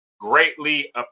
greatly